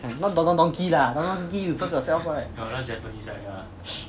not Don Don Donki lah Don Don Donki you serve yourself right